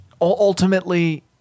ultimately